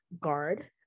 guard